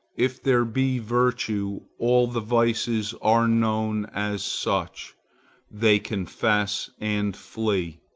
if there be virtue, all the vices are known as such they confess and flee.